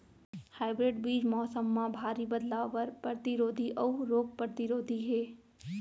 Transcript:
hybrid बीज मौसम मा भारी बदलाव बर परतिरोधी अऊ रोग परतिरोधी हे